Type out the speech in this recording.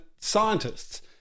scientists